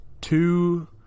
two